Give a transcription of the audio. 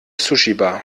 sushibar